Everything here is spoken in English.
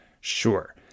Sure